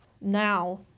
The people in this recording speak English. Now